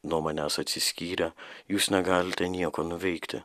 nuo manęs atsiskyrę jūs negalite nieko nuveikti